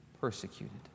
Persecuted